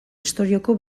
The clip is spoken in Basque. istorioko